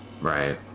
Right